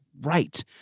right